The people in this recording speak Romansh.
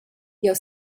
jeu